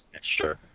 sure